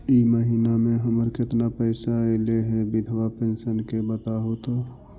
इ महिना मे हमर केतना पैसा ऐले हे बिधबा पेंसन के बताहु तो?